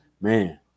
man